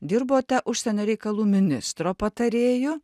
dirbote užsienio reikalų ministro patarėju